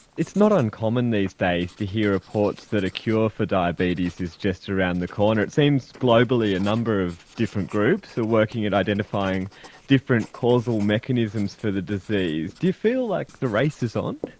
it's not uncommon these days to hear reports that a cure for diabetes is just around the corner. it seems globally a number of different groups are working at identifying different causal mechanisms for the disease. do you feel like the race is on?